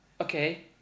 Okay